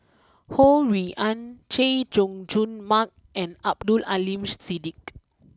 Ho Rui an Chay Jung Jun Mark and Abdul Aleem Siddique